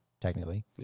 technically